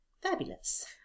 fabulous